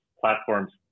platforms